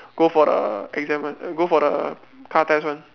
go for the exam [one] go for the car test [one]